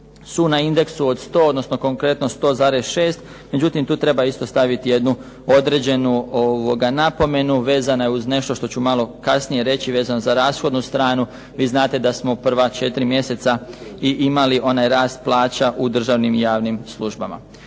su na indeksu od 100 odnosno konkretno 100,6, međutim tu treba isto staviti jednu određenu napomenu vezana je uz nešto što ću malo kasnije reći, vezana za rashodnu stranu. Vi znate da smo u prva 4 mjeseca i imali onaj rast plaća u državnim i javnim službama.